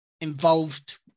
involved